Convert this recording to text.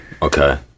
Okay